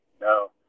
no